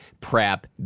prep